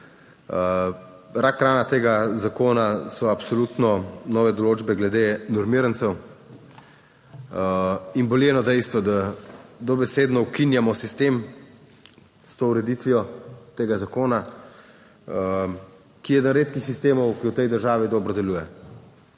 Rak rana tega zakona so absolutno nove določbe glede normirancev. In boli eno dejstvo, da dobesedno ukinjamo sistem s to ureditvijo tega zakona, ki je eden redkih sistemov, ki v tej državi dobro deluje,